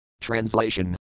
Translation